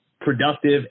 productive